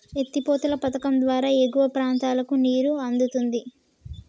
ఎత్తి పోతల పధకం ద్వారా ఎగువ ప్రాంతాలకు నీరు అందుతుంది